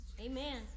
Amen